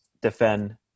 defend